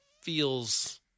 feels